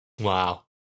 Wow